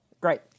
Great